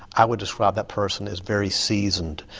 i would describe that person as very seasoned.